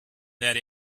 that